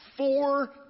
four